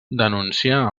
denuncià